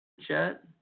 chat